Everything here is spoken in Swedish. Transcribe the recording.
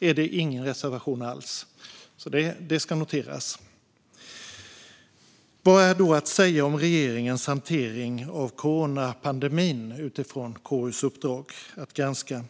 finns det ingen reservation alls. Det ska noteras. Vad finns då att säga om regeringens hantering av coronapandemin utifrån KU:s uppdrag att granska?